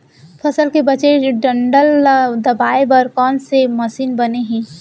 फसल के बचे डंठल ल दबाये बर कोन से मशीन बने हे?